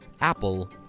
Apple